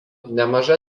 nemaža